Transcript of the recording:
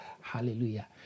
hallelujah